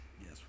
Yes